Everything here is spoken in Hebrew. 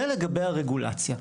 זה לגבי הרגולציה.